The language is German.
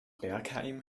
bergheim